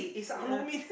ya